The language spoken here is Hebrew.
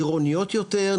עירוניות יותר,